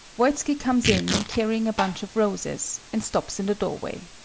voitski comes in carrying a bunch of roses, and stops in the doorway.